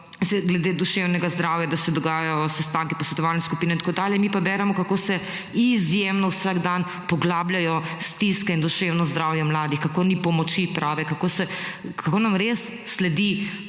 ste glede duševnega zdravja, da se dogajajo sestanki, posvetovalne skupine in tako dalje, mi pa beremo, kako se izjemno vsak dan poglabljajo stiske in duševno zdravje mladih, kako ni prave pomoči, kako nam res sledita